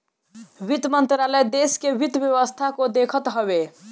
वित्त मंत्रालय देस के वित्त व्यवस्था के देखत हवे